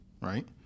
right